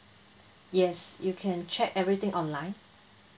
yes you can check everything online